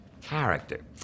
Character